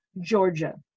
Georgia